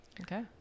Okay